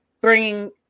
bringing